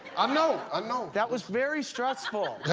um know. i know. that was very stressful.